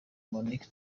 monique